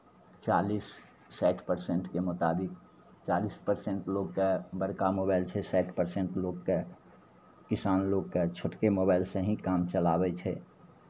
चालीस साठि पर्सेन्टके मुताबिक चालीस पर्सेन्ट लोकके बड़का मोबाइल छै साठि पर्सेन्ट लोककेँ किसान लोककेँ छोटके मोबाइलसँ ही काम चलाबै छै